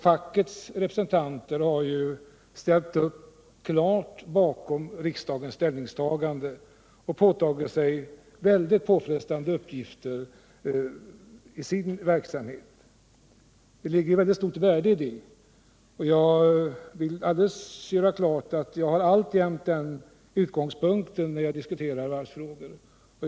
Fackets representanter har klart slutit upp bakom riksdagens ställningstagande och påtagit sig väldigt påfrestande uppgifter i sin verksamhet. Vi sätter stort värde på det, och jag vill göra klart att jag alltjämt har den utgångspunkten vid diskussioner om varvsfrågorna.